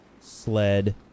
sled